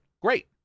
Great